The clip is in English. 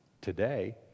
today